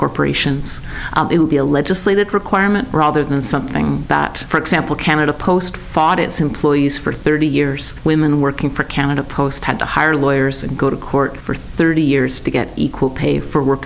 corporations it would be a legislated requirement rather than something that for example canada post fought its employees for thirty years women working for canada post had to hire lawyers and go to court for thirty years to get equal pay for work